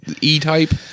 E-Type